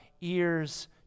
ears